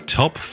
top